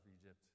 Egypt